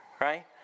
right